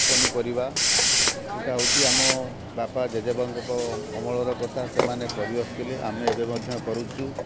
ପନିପରିବା ଏଇଟା ହେଉଛି ଆମ ବାପା ଜେଜେବାପାଙ୍କ ଅମଳର କଥା ସେମାନେ କରି ଆସୁଥିଲେ ଆମେ ଏବେ ମଧ୍ୟ କରୁଛୁ